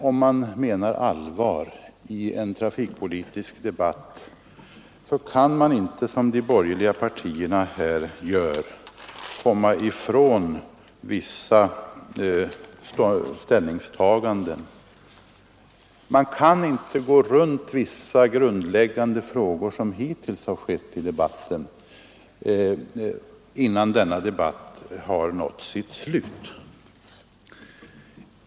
Om man menar allvar i en trafikpolitisk debatt kan man inte såsom de borgerliga partierna här vill göra komma ifrån vissa ställningstaganden. Man kan inte, såsom hittills har skett i debatten, gå runt vissa grundläggande frågor förrän denna debatt har nått sitt slut.